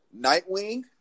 Nightwing